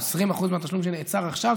או 20% מהתשלום שנעצר עכשיו,